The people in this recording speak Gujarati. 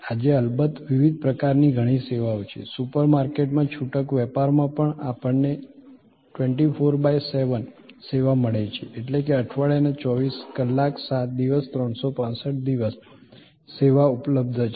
આજે અલબત્ત વિવિધ પ્રકારની ઘણી સેવાઓ છે સુપર માર્કેટમાં છૂટક વેપારમાં પણ આપણને 24 બાય 7 સેવા મળે છે એટલે કે અઠવાડિયાના 24 કલાક 7 દિવસ 365 દિવસ સેવા ઉપલબ્ધ છે